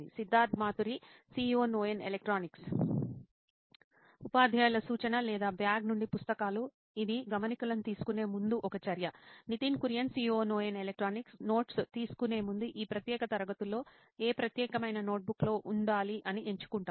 Siddharth Maturi CEO Noin electronics ఉపాధ్యాయుల సూచన లేదా బ్యాగ్ నుండి పుస్తకాలు ఇది గమనికలను తీసుకునే ముందు ఒక చర్య Nitin Kurian COO Noin electronics notes తీసుకునే ముందు ఈ ప్రత్యేక తరగతుల్లో ఏ ప్రత్యేకమైన నోట్బుక్ లో ఉండాలి అని ఎంచుకుంటాడు